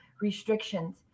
restrictions